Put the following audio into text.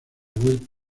will